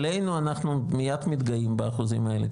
עלינו אנחנו מיד מתגאים באחוזים האלה,